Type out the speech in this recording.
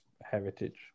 heritage